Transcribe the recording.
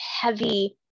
heavy